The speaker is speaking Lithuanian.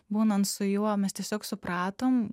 būnant su juo mes tiesiog supratom